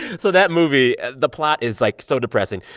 so that movie the plot is, like, so depressing.